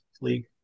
league